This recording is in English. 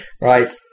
Right